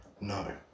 No